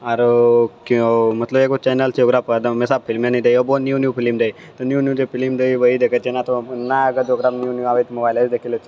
आरो कियो मतलब एकगो चैनल छै ओकरापर तऽ हमेशा फिल्मे नी दैयै उहो हमेशा न्यू न्यू फिल्म दैयै तऽ न्यू न्यू जे फिल्म दैयै वएहे देखै छियै ने तऽ ने अगर ओकरामे न्यू न्यू आबै तऽ मोबाइलेसँ देखि लै छी